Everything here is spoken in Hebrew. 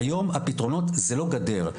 היום הפתרונות זה לא גדר,